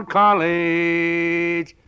college